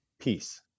peace